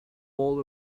all